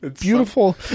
beautiful